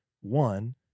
one